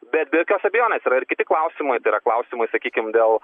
bet be jokios abejonės yra ir kiti klausimai tai yra klausimai sakykim dėl